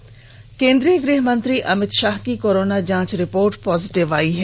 अमित शाह केंद्रीय गृहमंत्री अमित शाह की कोरोना जांच रिपोर्ट पॉजिटिव आई है